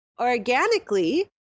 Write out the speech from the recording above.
organically